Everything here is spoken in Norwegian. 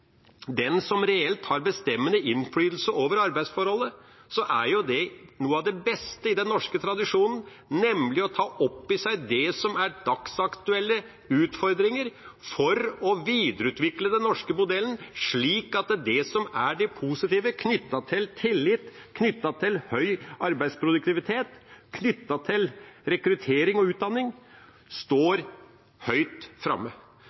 den som reelt har bestemmende innflytelse over arbeidsforholdet. Det er jo noe av det beste i den norske tradisjonen, nemlig å ta opp i seg det som er dagsaktuelle utfordringer for å videreutvikle den norske modellen slik at det som er det positive knyttet til tillit, knyttet til høy arbeidsproduktivitet, knyttet til rekruttering og utdanning, står høyt framme.